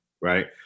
right